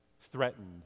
threatened